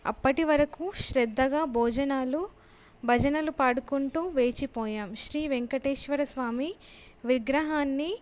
అప్పటి వరకు శ్రద్ధగా భోజనాలు భజనలు పాడుకుంటూ వేచిపోయాం శ్రీ వెంకటేశ్వర స్వామి విగ్రహాన్ని